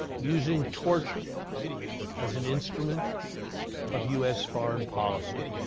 using torture as an instrument of us foreign policy,